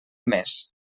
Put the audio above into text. més